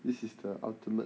this is the ultimate